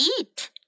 eat